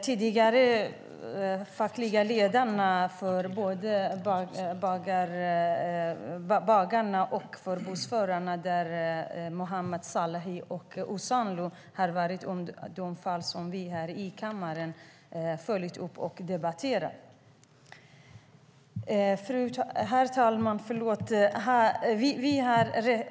Bagarfackföreningens ledare Mahmoud Salehi och bussförarnas fackliga ledare Osanloo är fall som vi här i kammaren har följt upp och debatterat. Herr talman!